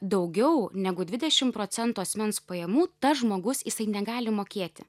daugiau negu dvidešim procentų asmens pajamų tas žmogus jisai negali mokėti